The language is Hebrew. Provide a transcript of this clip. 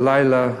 בלילה,